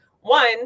One